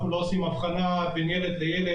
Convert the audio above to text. אנחנו לא עושים אבחנה בין ילד לילד,